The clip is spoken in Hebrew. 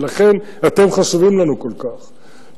ולכן אתם חשובים לנו כל כך,